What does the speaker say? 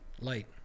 Light